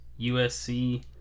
USC